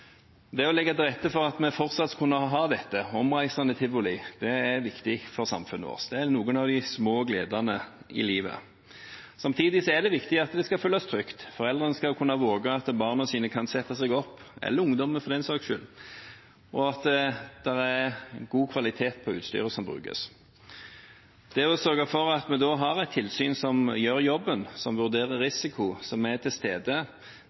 Det å legge til rette for at vi fortsatt skal kunne ha omreisende tivoli, er viktig for samfunnet vårt. Det er noen av de små gledene i livet. Samtidig er det viktig at det skal føles trygt. Foreldrene skal kunne våge at barna – eller ungdommene, for den saks skyld – skal kunne sette seg opp i, og at det er god kvalitet på utstyret som brukes. Det å sørge for at vi har et tilsyn som gjør jobben sin, som vurderer risiko, som er til stede,